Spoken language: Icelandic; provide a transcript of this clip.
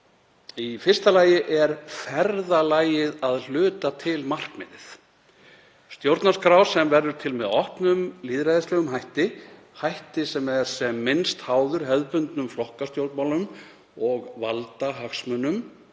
„Í fyrsta lagi er ferðalagið að hluta til markmiðið. Stjórnarskrá sem verður til með opnum, lýðræðislegum hætti — hætti sem er sem minnst háður hefðbundnum flokkastjórnmálum og valdahagsmunum